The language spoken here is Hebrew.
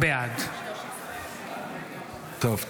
בעד טוב.